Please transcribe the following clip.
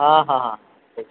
ହଁ ହଁ ହଁ ଠିକ୍ ଠିକ୍